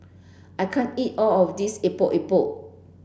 I can't eat all of this Epok Epok